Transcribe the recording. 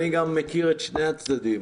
אני גם מכיר את שני הצדדים.